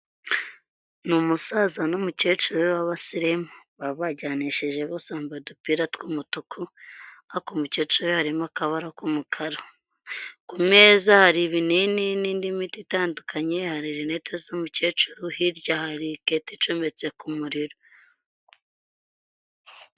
Ni umusaza n'umukecuru b'abasirimu baba bajyanishije bose bambaye udupira tw'umutuku ariko umukecuru we harimo akabara k'umukara. Ku meza hari ibinini n'indi miti itandukanye, hari rinete z'umukecuru hirya hari kato icometse ku muriro.